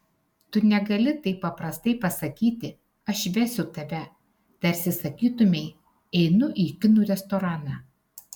tu negali taip paprastai pasakyti aš vesiu tave tarsi sakytumei einu į kinų restoraną